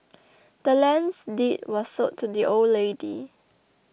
the land's deed was sold to the old lady